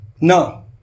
No